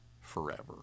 forever